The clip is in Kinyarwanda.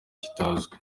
kitazwi